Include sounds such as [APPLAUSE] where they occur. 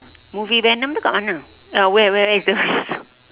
movie venom itu dekat mana uh where where is the [LAUGHS]